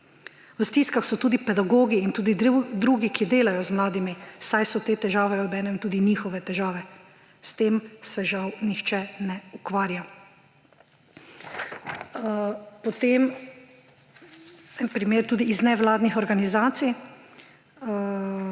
V stiskah so tudi pedagogi in tudi drugi, ki delajo z mladimi, saj so te težave obenem tudi njihove težave. S tem se, žal, nihče ne ukvarja.« Potem en primer tudi iz nevladnih organizacij.